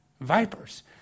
vipers